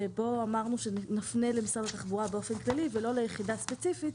שבוא אמרנו שנפנה למשרד התחבורה באופן כללי ולא ליחידה ספציפית,